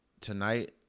tonight